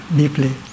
deeply